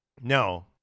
No